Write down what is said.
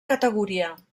categoria